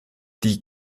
die